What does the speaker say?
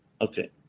Okay